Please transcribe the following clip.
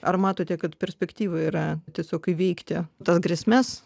ar matote kad perspektyva yra tiesiog įveikti tas grėsmes